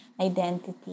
identity